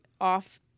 off